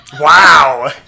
Wow